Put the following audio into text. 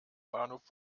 bahnhof